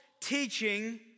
teaching